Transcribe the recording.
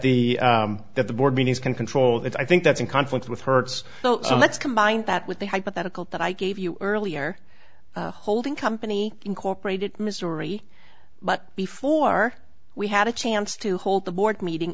that the board meetings can control that i think that's in conflict with hertz so let's combine that with the hypothetical that i gave you earlier holding company incorporated in missouri but before we had a chance to hold the board meeting